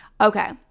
Okay